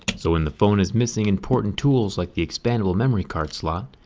so when the phone is missing important tools like the expandable memory card slot,